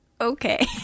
okay